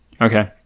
Okay